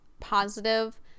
positive